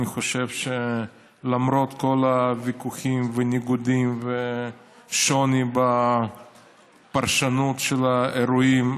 אני חושב שלמרות כל הוויכוחים והניגודים והשוני בפרשנות של האירועים,